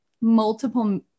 multiple